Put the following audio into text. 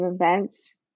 events